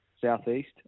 Southeast